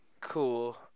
cool